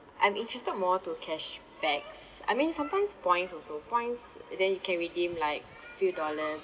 I'm interested more to cashbacks I mean sometimes points also point then you can redeem like few dollars